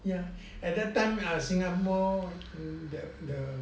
ya at that time singapore the the